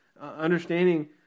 understanding